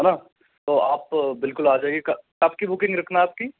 है ना तो आप बिल्कुल आ जाइए क कब की बुकिंग रखना है आप